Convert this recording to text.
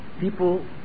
people